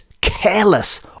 careless